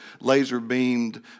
laser-beamed